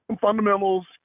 fundamentals